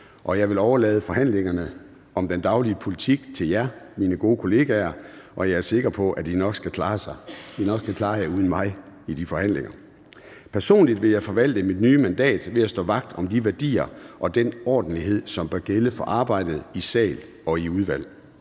Jeg vil overlade forhandlingerne om den daglige politik til jer, mine gode kollegaer, og jeg er sikker på, at I nok skal klare jer uden mig i de forhandlinger. Personligt vil jeg forvalte mit nye mandat ved at stå vagt om de værdier og den ordentlighed, som bør gælde for arbejdet i sal og udvalg.